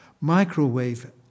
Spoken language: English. Microwave